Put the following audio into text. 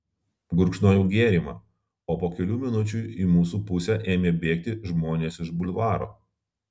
gurkšnojau gėrimą o po kelių minučių į mūsų pusę ėmė bėgti žmonės iš bulvaro